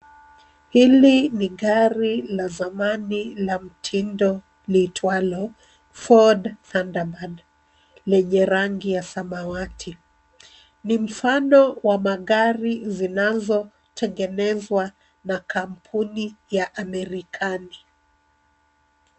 Hili ni gari la zamani la mtindo liitwalo Ford Thunderbird, lenye rangi ya samawati. Ni mfano wa magari zinazotengenezwa na kampuni ya Amerikani.